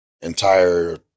entire